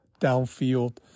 downfield